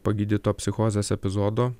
pagydyto psichozės epizodo